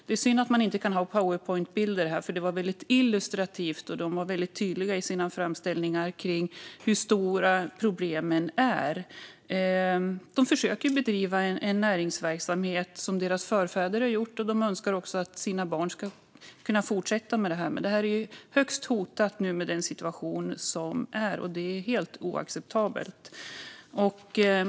Det är synd att man inte kan ha Powerpointbilder här, för det var väldigt illustrativt, och de var väldigt tydliga i sin framställning av hur stora problemen är. De försöker bedriva en näringsverksamhet som deras förfäder har gjort, och de önskar också att deras barn ska kunna fortsätta med det, men det är högst hotat med den situation som är. Det är helt oacceptabelt.